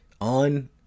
On